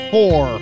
Four